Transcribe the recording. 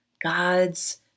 God's